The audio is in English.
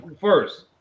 first